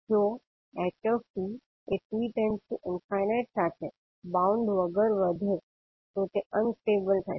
જો ℎ𝑡 એ 𝑡 →∞ સાથે બાઉન્ડ વગર વધે તો તે અનસ્ટેબલ થશે